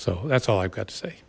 so that's all i've got to say